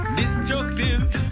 destructive